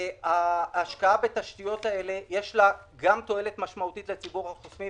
להשקעה בתשתיות האלה יש תועלת משמעותית לציבור החוסכים,